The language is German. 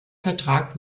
vertrag